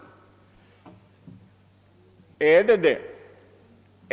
Är den det?